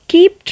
Keep